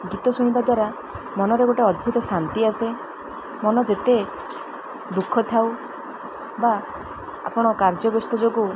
ଗୀତ ଶୁଣିବା ଦ୍ୱାରା ମନରେ ଗୋଟେ ଅଦ୍ଭୁତ ଶାନ୍ତି ଆସେ ମନ ଯେତେ ଦୁଃଖ ଥାଉ ବା ଆପଣ କାର୍ଯ୍ୟ ବ୍ୟସ୍ତ ଯୋଗୁଁ